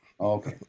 Okay